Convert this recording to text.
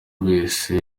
wese